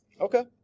Okay